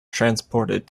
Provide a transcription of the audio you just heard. transported